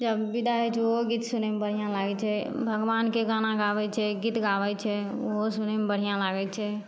जब विदा होइ छै उहो गीत सुनयमे बढ़िआँ लागय छै भगवानके गाना गाबय छै गीत गाबय छै उहो सुनयमे बढ़िआँ लागय छै